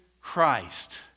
Christ